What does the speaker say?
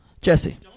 Jesse